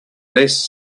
less